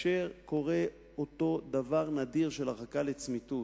כאשר קורה אותו דבר נדיר של הרחקה לצמיתות,